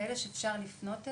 כאלה שאפשר לפנות אליהם,